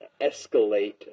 escalate